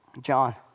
John